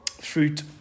fruit